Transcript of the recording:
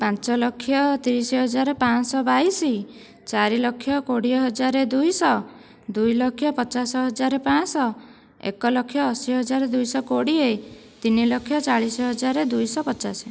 ପାଞ୍ଚଲକ୍ଷ ତିରିଶ ହଜାର ପାଞ୍ଚ ବାଇଶ ଚାରି ଲକ୍ଷ କୋଡ଼ିଏ ହଜାର ଦୁଇଶହ ଦୁଇ ଲକ୍ଷ ପଚାଶ ହଜାର ପାଞ୍ଚ ଏକ ଲକ୍ଷ ଅଶି ହଜାର ଦୁଇଶହ କୋଡ଼ିଏ ତିନି ଲକ୍ଷ ଚାଳିଶ ହଜାର ଦୁଇ ଶହ ପଚାଶ